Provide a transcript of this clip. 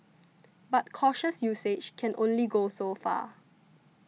but cautious usage can only go so far